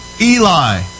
Eli